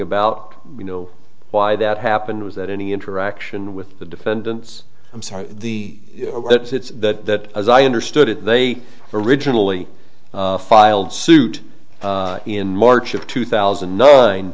about you know why that happened was that any interaction with the defendants i'm sorry the that as i understood it they originally filed suit in march of two thousand